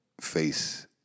face